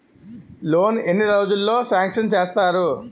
Loan ఎన్ని రోజుల్లో sanction చేస్తారు?